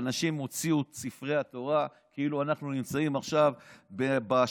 והאנשים הוציאו את ספרי התורה כאילו אנחנו נמצאים עכשיו בשבי